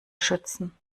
schützen